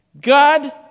God